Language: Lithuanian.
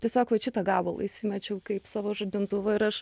tiesiog vat šitą gabalą įsimečiau kaip savo žadintuvą ir aš